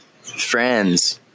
friends